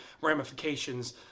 ramifications